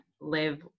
live